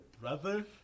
brother